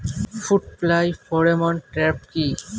Fruit fly pheromone trap কি?